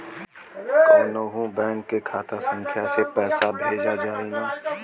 कौन्हू बैंक के खाता संख्या से पैसा भेजा जाई न?